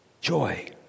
Joy